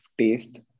taste